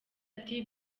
ati